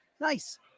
Nice